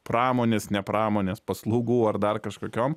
pramonės ne pramonės paslaugų ar dar kažkokiom